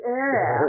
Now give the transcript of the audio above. area